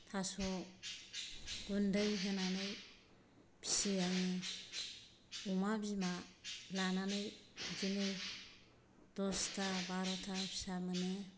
थास' गुन्दै होनानै फिसियो आङो अमा बिमा लानानै बिदिनो दसता बार'ता फिसा मोनो